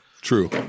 True